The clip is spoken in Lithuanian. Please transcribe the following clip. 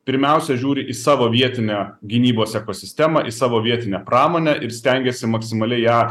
pirmiausia žiūri į savo vietinę gynybos ekosistemą į savo vietinę pramonę ir stengiasi maksimaliai ją